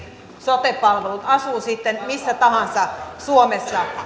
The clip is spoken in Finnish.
sote palvelut asuu sitten missä tahansa suomessa